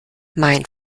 mein